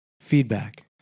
feedback